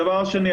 הדבר השני,